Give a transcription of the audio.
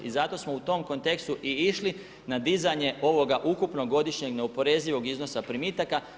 I zato smo u tom kontekstu i išli na dizanje ovoga ukupnog godišnjeg neoporezivog iznosa primitaka.